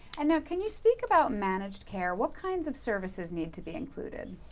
and now, can you speak about managed care? what kinds of services need to be included?